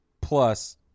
plus